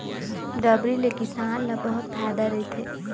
डबरी ले किसान ल बहुत फायदा रहिथे